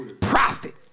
Profit